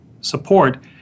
support